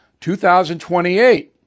2028